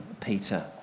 Peter